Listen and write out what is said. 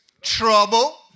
Trouble